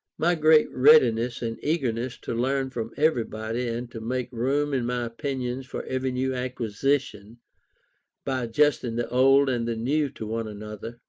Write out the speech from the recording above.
my great readiness and eagerness to learn from everybody, and to make room in my opinions for every new acquisition by adjusting the old and the new to one another,